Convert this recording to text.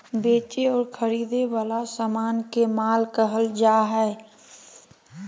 बेचे और खरीदे वला समान के माल कहल जा हइ